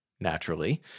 naturally